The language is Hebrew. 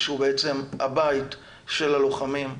שהוא בעצם הבית של הלוחמים,